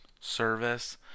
service